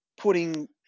putting